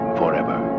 forever